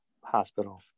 hospital